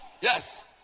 Yes